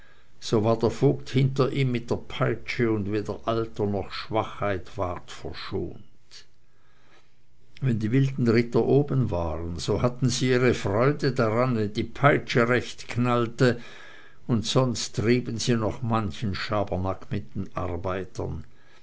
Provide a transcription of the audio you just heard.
so war der vogt hinter ihm mit der peitsche und weder alter noch schwachheit ward verschont wenn die wilden ritter oben waren so hatten sie ihre freude dran wenn die peitsche recht knallte und sonst trieben sie noch manchen schabernack mit den